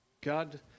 God